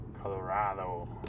Colorado